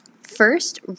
First